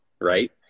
right